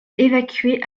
évacuée